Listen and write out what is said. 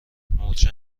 مورچه